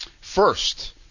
first